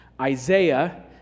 Isaiah